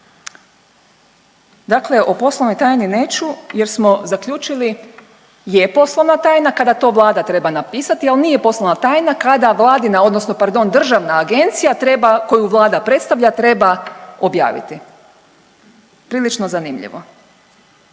Dakle o poslovnoj tajni neću jer smo zaključili je poslovna tajna kada to Vlada treba napisati, al nije poslovna tajna kada vladina odnosno pardon državna agencija treba koju Vlada predstavlja treba objaviti. Prilično zanimljivo.